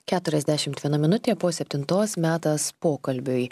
keturiasdešimt viena minutė po septintos metas pokalbiui